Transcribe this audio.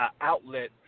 outlet